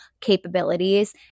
capabilities